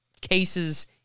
cases